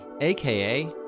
aka